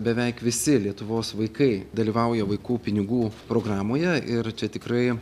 beveik visi lietuvos vaikai dalyvauja vaikų pinigų programoje ir čia tikrai